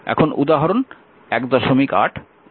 এখন উদাহরণ 18 গণনা করুন